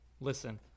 listen